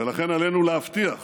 ולכן עלינו להבטיח